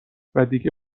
ودیگه